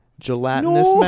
Gelatinous